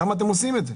למה אתם עושים את זה?